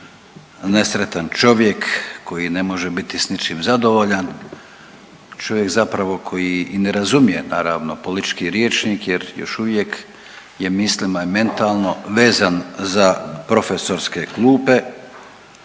nesretan čovjek koji ne može biti s ničim zadovoljan. Čovjek koji zapravo i ne razumije naravno politički rječnik jer još uvijek je mislima i mentalno vezan za profesorske klupe.